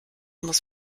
muss